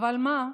אבל מה?